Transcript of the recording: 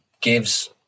gives